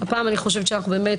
הפעם אני חושבת שאנחנו באמת,